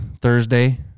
Thursday